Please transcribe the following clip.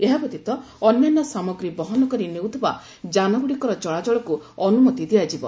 ଏହାବ୍ୟତୀତ ଅନ୍ୟାନ୍ୟ ସାମଗ୍ରୀ ବହନ କରି ନେଉଥିବା ଯାନଗୁଡ଼ିକର ଚଳାଚଳକୁ ଅନୁମତି ଦିଆଯିବ